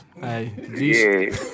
Hey